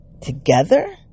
together